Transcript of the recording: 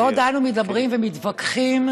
בעוד אנו מדברים ומתווכחים,